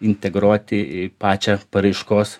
integruoti į pačią paraiškos